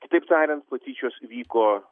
kitaip tariant patyčios vyko